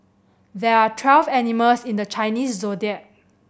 there are twelve animals in the Chinese Zodiac